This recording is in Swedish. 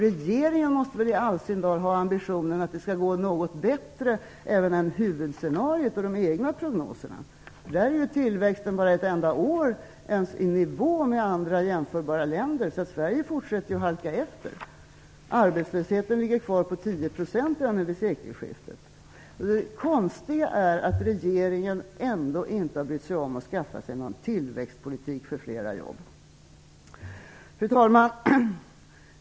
Regeringen måste väl i all sin dar ha ambitionen att det skall gå något bättre även än huvudscenariot och de egna prognoserna. Där är ju tillväxten bara ett enda år ens i nivå med andra jämförbara länder, så Sverige fortsätter att halka efter. Arbetslösheten ligger kvar på 10 % vid sekelskiftet. Det konstiga är att regeringen ändå inte har brytt sig om att skaffa sig någon tillväxtpolitik för flera jobb. Fru talman!